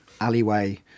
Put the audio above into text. alleyway